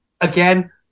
again